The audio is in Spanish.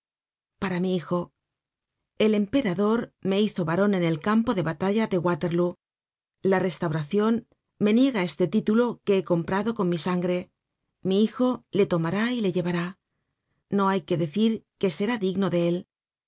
tpara mi hijo el emperador me hizo baron en el campo de baxtalla de waterlóo la restauracion me niega este título que he com prado con mi sangre mi hijo le tomará y le llevará no hay que decir jque será digno de él